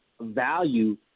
value